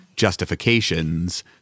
justifications